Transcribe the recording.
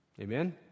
Amen